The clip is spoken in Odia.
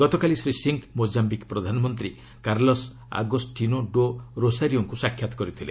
ଗତକାଲି ଶ୍ରୀ ସିଂହ ମୋକାମ୍ପିକ୍ ପ୍ରଧାନମନ୍ତ୍ରୀ କାର୍ଲସ୍ ଆଗୋଷ୍ଟିନୋ ଡୋ ରୋସାରିଓଙ୍କୁ ସାକ୍ଷାତ କରିଥିଲେ